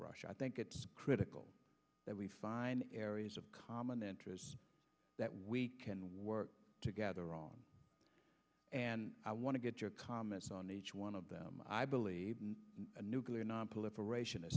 russia i think it's critical that we find areas of common interests that we can work together on and i want to get your comments on each one of them i believe a nuclear nonproliferation